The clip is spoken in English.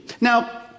Now